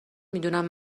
میدونم